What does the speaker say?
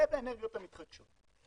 זה ואנרגיות מתחדשות.